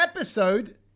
Episode